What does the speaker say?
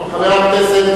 חבר הכנסת